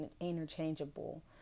interchangeable